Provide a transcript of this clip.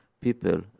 people